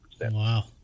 Wow